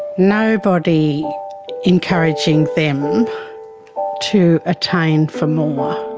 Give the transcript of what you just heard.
nobody encouraging them to attain for more.